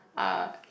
are